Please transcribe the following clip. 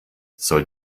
soll